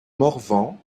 morvan